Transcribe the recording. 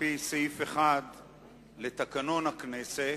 על-פי סעיף 1 לתקנון הכנסת,